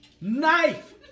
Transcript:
Knife